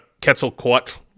Quetzalcoatl